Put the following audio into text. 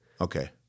Okay